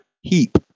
heap